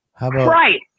Right